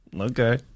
Okay